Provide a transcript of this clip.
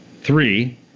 Three